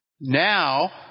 Now